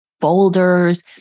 folders